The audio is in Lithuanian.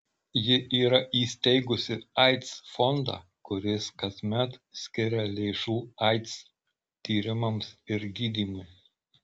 ji yra įsteigusi aids fondą kuris kasmet skiria lėšų aids tyrimams ir gydymui